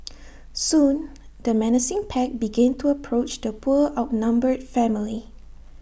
soon the menacing pack began to approach the poor outnumbered family